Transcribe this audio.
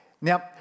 Now